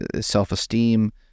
self-esteem